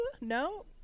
No